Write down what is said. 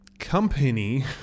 company